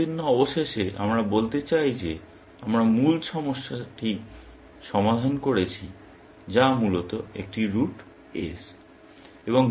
যতদিন না অবশেষে আমরা বলতে চাই যে আমরা মূল সমস্যাটি সমাধান করেছি যা মূলত একটি রুট S